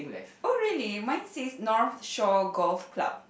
oh really mine says North Shore Golf Club